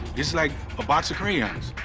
it's like a box of crayons.